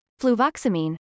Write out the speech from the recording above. Fluvoxamine